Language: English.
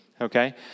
okay